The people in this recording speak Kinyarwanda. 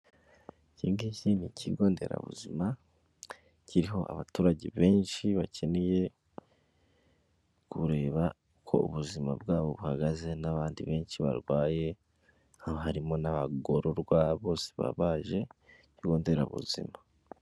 Ikingiki ni ikigonderabuzima kiriho abaturage benshi bakeneye kureba uko ubuzima bwabo buhagaze n'abandi benshi barwaye harimo n'abagororwa bose baba baje ku kigonderabuzima.